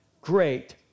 great